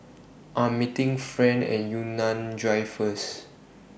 I Am meeting Fran At Yunnan Drive First